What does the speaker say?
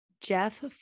Jeff